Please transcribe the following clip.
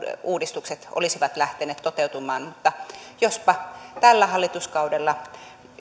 uudistukset olisivat lähteneet toteutumaan mutta jospa tällä hallituskaudella